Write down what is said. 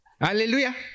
Hallelujah